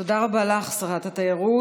תודה רבה לך, שרת התיירות.